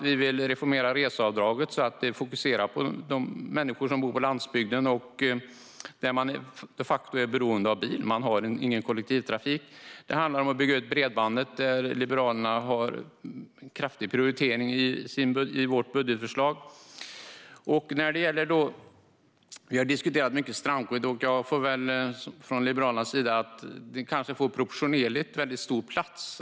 Vi vill reformera reseavdraget för att fokusera på de människor som bor på landsbygden och de facto är beroende av bil eftersom de inte har någon kollektivtrafik. Vi vill också bygga ut bredbandsnätet och prioriterar det kraftfullt i vårt budgetförslag. Vi har diskuterat strandskyddet väldigt mycket. Jag får väl säga från Liberalernas sida att det kanske får oproportionerligt stor plats.